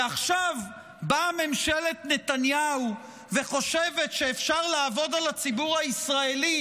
ועכשיו באה ממשלת נתניהו וחושבת שאפשר לעבוד על הציבור הישראלי